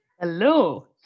Hello